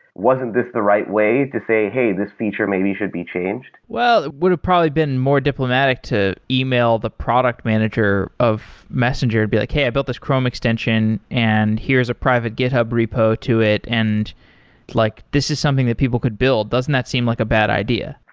wasn't this the right way to say, hey, this feature maybe should be changed. well, it would've probably been more diplomatic to email the product manager of messenger, it'd be like, hey, i built this chrome extension and here's a private gihub repo to it, and like this is something that people could build. doesn't that seem like a bad idea?